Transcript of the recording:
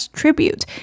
tribute